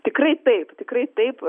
tikrai taip tikrai taip